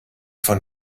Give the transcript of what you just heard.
von